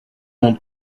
monde